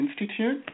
Institute